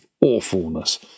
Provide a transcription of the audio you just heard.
awfulness